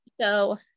So-